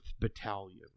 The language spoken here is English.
battalion